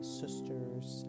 sisters